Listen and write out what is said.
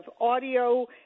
audio